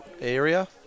area